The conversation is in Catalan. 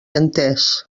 entès